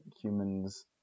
humans